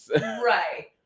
Right